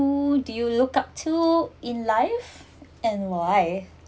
who do you look up to in life and why